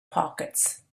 pockets